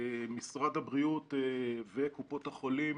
משרד הבריאות וקופות החולים